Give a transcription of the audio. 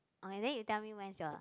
okay then you tell me when's your